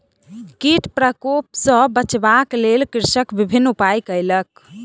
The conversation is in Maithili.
कीट प्रकोप सॅ बचाबक लेल कृषक विभिन्न उपाय कयलक